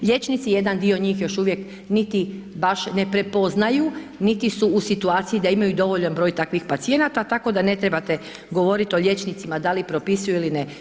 Liječnici jedan dio njih, još uvijek niti baš ne prepoznaju niti su u situaciji da imaju dovoljan broj takvih pacijenata tako da ne trebate govoriti o liječnicima da li propisuju ili ne.